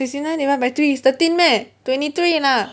sixty nine divide by three is thirteen meh twenty three lah